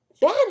Bad